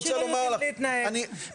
להסביר את המצב,